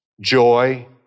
joy